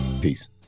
Peace